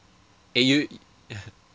eh you